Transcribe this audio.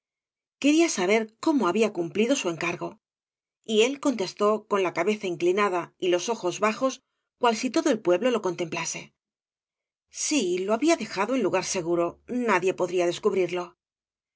quería saber cómo había cumplido su encargo y él contestó con la cabeza inclinada y los ojos bajos cual si todo el pueblo la contempiase sí lo había dejado en lugar seguro nadiepodría descubrirlo